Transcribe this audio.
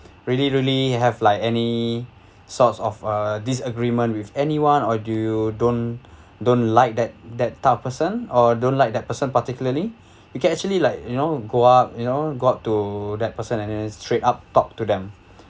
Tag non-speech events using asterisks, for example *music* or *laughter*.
really really have like any sorts of uh disagreement with anyone or do you don't *breath* don't like that that type of person or don't like the person particularly *breath* you can actually like you know go up you know go up to that person and then straight up talk to them